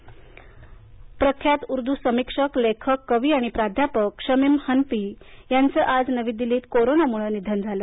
निधन प्रख्यात उर्दू समीक्षक लेखक कवी आणि प्राध्यापक शमीम हनफी यांचं आज नवी दिल्लीत कोरोनामुळं निधन झालं